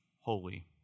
holy